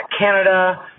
Canada